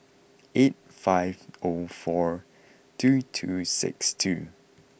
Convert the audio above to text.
eight five O four two two six two